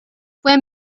fue